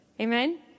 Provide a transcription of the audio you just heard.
Amen